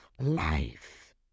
life